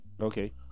okay